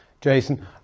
jason